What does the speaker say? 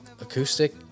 acoustic